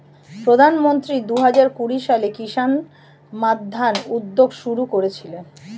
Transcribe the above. প্রধানমন্ত্রী দুহাজার কুড়ি সালে কিষান মান্ধান উদ্যোগ শুরু করেছিলেন